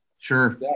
Sure